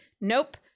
nope